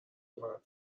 مردا